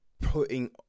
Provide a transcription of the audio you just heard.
putting